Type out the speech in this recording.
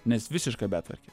nes visiška betvarkė